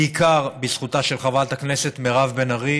בעיקר בזכותה של חברת הכנסת מירב בן ארי,